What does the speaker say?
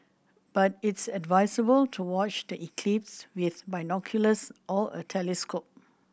but it's advisable to watch the eclipse with binoculars or a telescope